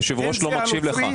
היושב ראש לא מקשיב לך.